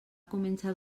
començar